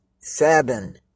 seven